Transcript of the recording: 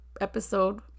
episode